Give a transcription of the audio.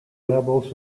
levels